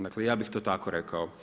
Dakle, ja bi to tako rekao.